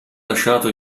lasciato